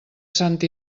sant